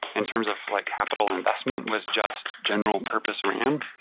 in terms of like capital investment, was just general purpose ram,